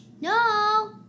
No